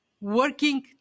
Working